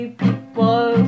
people